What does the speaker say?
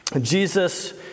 Jesus